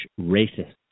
racists